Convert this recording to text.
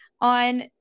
on